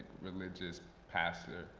religious pastor.